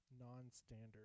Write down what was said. non-standard